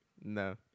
No